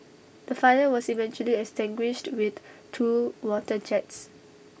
the fire was eventually extinguished with two water jets